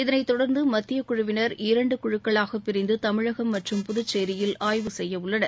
இதனைத் தொடர்ந்து மத்தியக் குழுவினர் இரண்டு குழுக்களாகப் பிரிந்து தமிழகம் மற்றும் புதுச்சேரியில் ஆய்வு செய்ய உள்ளனர்